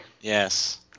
Yes